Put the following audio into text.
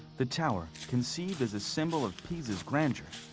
the tower conceived as symbol of pisa's grandeur,